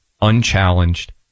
unchallenged